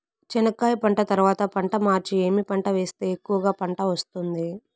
చెనక్కాయ పంట తర్వాత పంట మార్చి ఏమి పంట వేస్తే ఎక్కువగా పంట వస్తుంది?